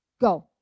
go